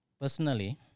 Personally